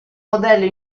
modello